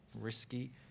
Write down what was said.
risky